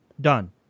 done